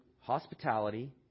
hospitality